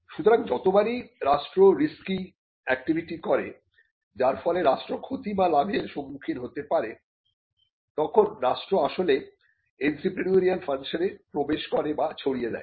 সুতরাং যতবারই রাস্ট্র রিস্কি অ্যাক্টিভিটি করে যার ফলে রাস্ট্র ক্ষতি বা লাভের সম্মুখীন হতে পারে তখন রাস্ট্র আসলে এন্ত্রেপ্রেনিউরিয়াল ফাংশনে প্রবেশ করে বা ছড়িয়ে দেয়